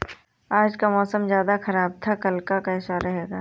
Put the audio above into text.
आज का मौसम ज्यादा ख़राब था कल का कैसा रहेगा?